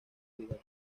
vidal